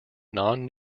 non